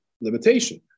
limitation